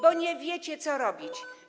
Bo nie wiecie, co robić.